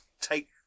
take